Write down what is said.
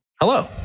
hello